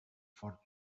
fort